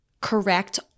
correct